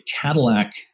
Cadillac